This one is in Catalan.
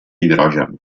hidrogen